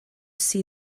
see